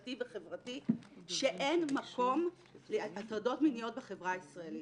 תפיסתי וחברתי שאין מקום להטרדות מיניות בחברה הישראלית.